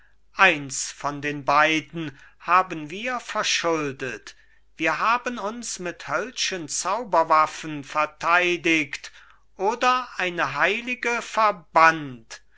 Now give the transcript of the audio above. eins von den beiden haben wir verschuldet wir haben uns mit höllschen zauberwaffen verteidigt oder eine heilige verbannt